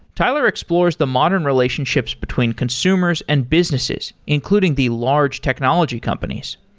tyler explores the modern relationships between consumers and businesses including the large technology companies.